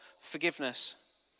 forgiveness